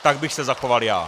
Tak bych se zachoval já.